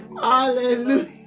Hallelujah